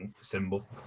symbol